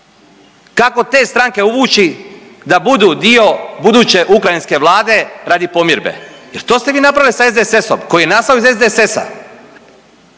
kako te stranke uvući da budu dio buduće ukrajinske Vlade radi pomirbe jer to ste vi napravili sa SDSS-om koji je nastao iz SDSS-a,